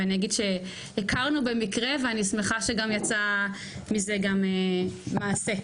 ואני אגיד שהכרנו במקרה ואני שמחה שיצא מזה גם מעשה.